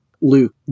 Luke